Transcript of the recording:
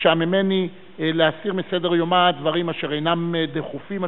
ביקשה ממני להסיר מסדר-היום דברים אשר אינם דחופים מספיק,